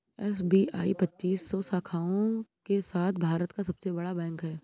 SBI पच्चीस सौ शाखाओं के साथ भारत का सबसे बड़ा बैंक है